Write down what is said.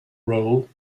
role